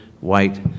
white